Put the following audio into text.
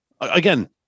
Again